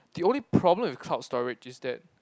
the only problem with cloud storage is that